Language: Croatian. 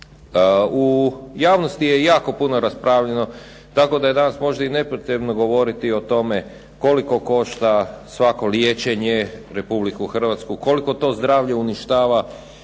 U javnosti je jako puno raspravljano tako da je danas možda i nepotrebno govoriti o tome koliko košta svako liječenje Republiku Hrvatsku, koliko to zdravlje uništava